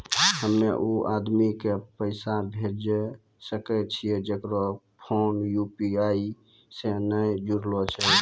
हम्मय उ आदमी के पैसा भेजै सकय छियै जेकरो फोन यु.पी.आई से नैय जूरलो छै?